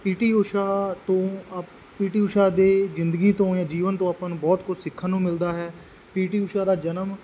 ਪੀ T Usha ਤੋਂ ਆ P T Usha ਦੇ ਜ਼ਿੰਦਗੀ ਤੋਂ ਜਾਂ ਜੀਵਨ ਤੋਂ ਆਪਾਂ ਨੂੰ ਬਹੁਤ ਕੁਛ ਸਿੱਖਣ ਨੂੰ ਮਿਲਦਾ ਹੈ ਪੀ ਟੀ ਊਸ਼ਾ ਦਾ ਜਨਮ